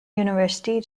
university